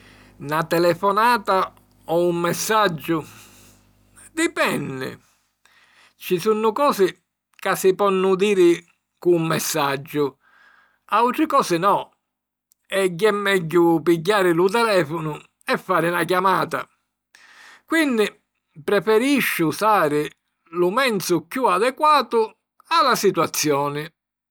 Na telefonata o un messaggiu? Dipenni. Ci sunnu cosi ca si ponnu diri cu un messaggiu. Autri cosi no e jé megghiu pigghiari lu telèfonu e fari na chiamata. Quinni, preferisciu usari lu menzu chiù adequatu a la situazioni.